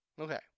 Okay